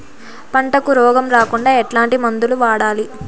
పంటకు రోగం రాకుండా ఎట్లాంటి మందులు వాడాలి?